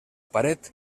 paret